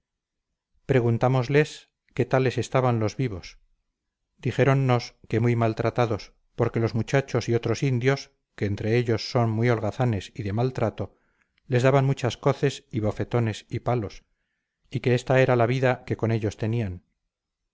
preguntámosles qué tales estaban los vivos dijéronnos que muy maltratados porque los muchachos y otros indios que entre ellos son muy holgazanes y de mal trato les daban muchas coces y bofetones y palos y que ésta era la vida que con ellos tenían